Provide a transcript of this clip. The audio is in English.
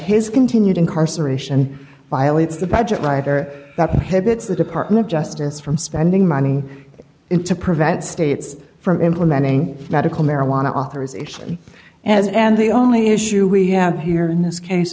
his continued incarceration violates the budget writer that inhibits the department of justice from spending money in to prevent states from implementing medical marijuana authorization as and the only issue we have here in this case